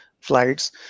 flights